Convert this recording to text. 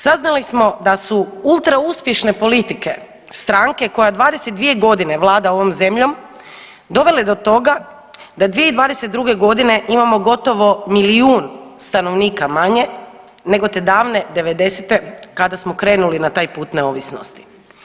Saznali smo da su ultra uspješne politike stranke koja 22 godine vlada ovom zemljom dovele do toga da 2022. godine imamo gotovo milijun stanovnika manje nego te davne '90.-te kada smo krenuli na taj put neovisnosti.